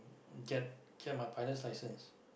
get get my pilot license